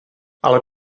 ale